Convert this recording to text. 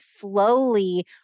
slowly